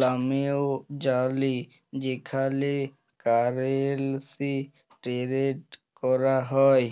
লামেও জালি যেখালে কারেলসি টেরেড ক্যরা হ্যয়